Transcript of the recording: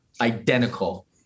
identical